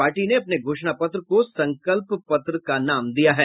party ने अपने घोषणा पत्र को संकल्प पत्र नाम दिया है